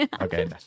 Okay